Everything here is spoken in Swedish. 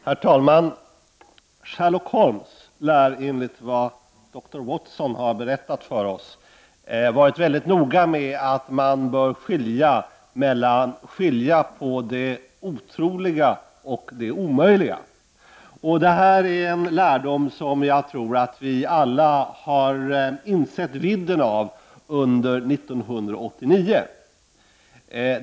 Herr talman! Enligt vad dr Watson har berättat för oss lär Sherlock Holmes ha varit väldigt noga med att man bör skilja mellan det otroliga och det omöjliga. Detta är en lärdom som jag tror att vi alla har insett vidden av under 1989.